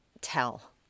tell